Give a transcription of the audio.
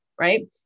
right